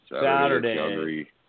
Saturday